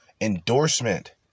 endorsement